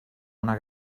una